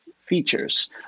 features